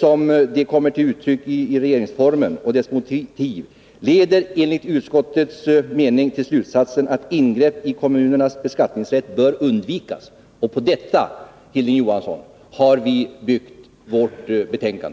som de kommer till uttryck i RF och dess motiv leder enligt utskottets mening till slutsatsen att ingrepp i kommunernas beskattningsrätt bör undvikas.” På detta, Hilding Johansson, har vi byggt vårt betänkande.